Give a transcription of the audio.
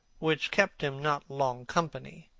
which kept him not long company.